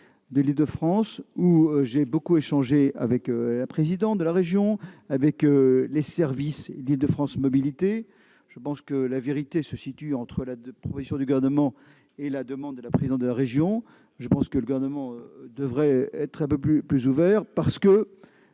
du reste. Pour avoir beaucoup échangé avec la présidente de la région et avec les services d'Île-de-France Mobilités, je pense que la vérité se situe entre la proposition du Gouvernement et la demande de la présidente de la région. Le Gouvernement devrait être un peu plus ouvert, parce que